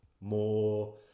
more